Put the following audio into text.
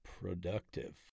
productive